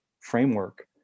framework